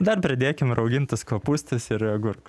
dar pridėkim raugintus kopūstus ir agurkus